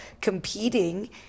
competing